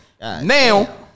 Now